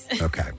Okay